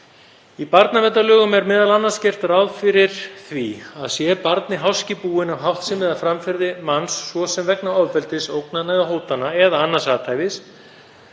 Í barnaverndarlögum er m.a. gert ráð fyrir því að sé barni háski búinn af háttsemi eða framferði manns svo sem vegna ofbeldis, ógnana eða hótana eða annars athæfis